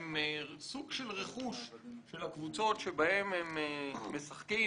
הם סוג של רכוש הקבוצה בה הם משחקים.